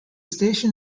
station